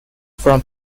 from